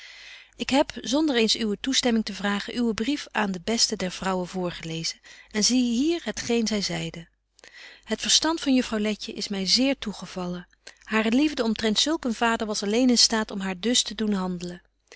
ik heb zonder eens uwe toestemming te vragen uw brief aan de beste der vrouwen voorgelezen en zie hier het geen zy zeide het verstand van juffrouw letje is my zeer toegevallen hare liefde omtrent zulk een vader was alleen in staat om haar dus te doen handelen